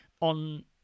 on